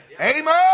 Amen